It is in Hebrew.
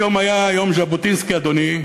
היום היה יום ז'בוטינסקי, אדוני,